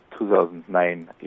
2009